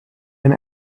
and